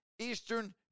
Eastern